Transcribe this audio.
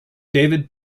david